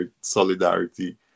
solidarity